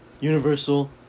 Universal